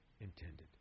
intended